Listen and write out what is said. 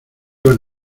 con